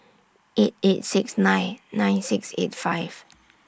eight eight six nine nine six eight five